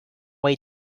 way